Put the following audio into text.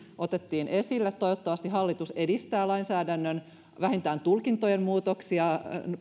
otettiin esille toivottavasti hallitus edistää lainsäädännön vähintään tulkintojen muutoksia